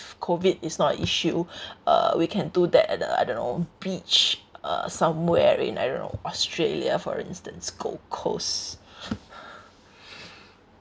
COVID is not a issue uh we can do that at the I don't know beach uh somewhere in I don't know australia for instance gold coast